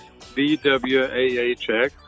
VWAHX